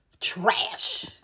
Trash